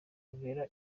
kubera